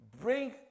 Bring